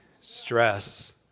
stress